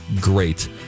great